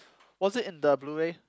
was it in the bluray